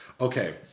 okay